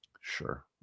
sure